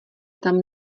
tam